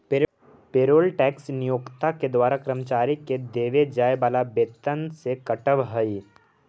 payroll tax नियोक्ता के द्वारा कर्मचारि के देवे जाए वाला वेतन से कटऽ हई